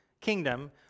kingdom